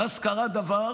ואז קרה דבר